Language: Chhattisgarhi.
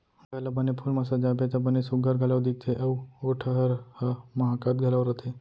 घर ला बने फूल म सजाबे त बने सुग्घर घलौ दिखथे अउ ओ ठहर ह माहकत घलौ रथे